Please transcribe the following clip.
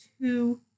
two